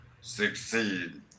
succeed